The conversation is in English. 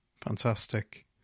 Fantastic